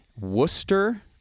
Worcester